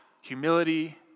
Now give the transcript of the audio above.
humility